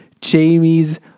Jamie's